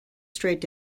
straight